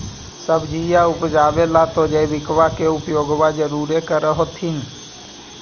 सब्जिया उपजाबे ला तो जैबिकबा के उपयोग्बा तो जरुरे कर होथिं?